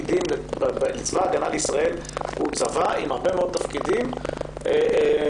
צבא ההגנה לישראל הוא צבא עם הרבה מאוד תפקידים נוספים,